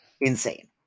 Insane